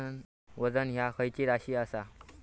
वजन ह्या खैची राशी असा?